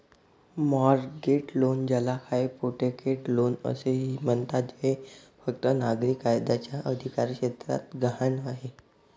mortgage loan, ज्याला hypothecate loan असेही म्हणतात, हे फक्त नागरी कायद्याच्या अधिकारक्षेत्रात गहाण आहे